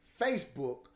Facebook